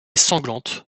sanglante